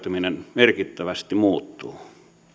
merkittävästi muuttuu